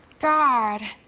god.